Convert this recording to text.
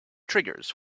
triggers